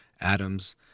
atoms